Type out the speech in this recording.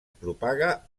propaga